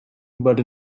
but